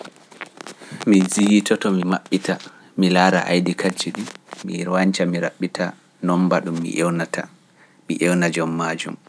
Mi jiyitoto, mi maɓɓita, mi laara aydi kaji ɗi, mi wañca, mi raɓɓita, noon mbaɗu mi ewnata, mi ewna jom majum.